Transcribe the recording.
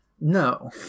no